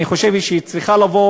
אני חושב שהיא צריכה לבוא